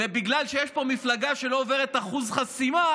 ובגלל שיש פה מפלגה שלא עוברת את אחוז החסימה,